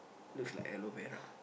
looks like aloe vera